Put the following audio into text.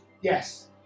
Yes